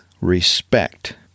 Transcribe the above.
respect